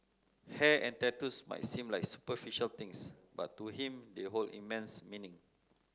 hair and tattoos might seem like superficial things but to him they hold immense meaning